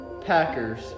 Packers